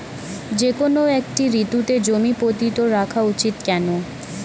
যেকোনো একটি ঋতুতে জমি পতিত রাখা উচিৎ কেন?